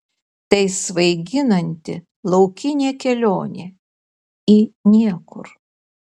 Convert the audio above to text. tai svaiginanti laukinė kelionė į niekur